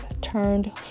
turned